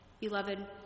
Beloved